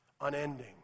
unending